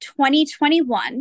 2021